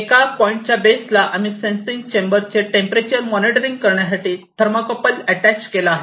एका पॉईंटच्या बेसला आम्ही सेन्सिंग चेंबरचे टेंपरेचर मॉनिटर करण्यासाठी थरमॉकपल अटॅच केला आहे